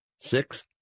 Six